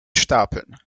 stapeln